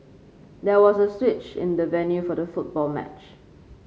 there was a switch in the venue for the football match